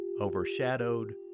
overshadowed